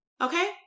Okay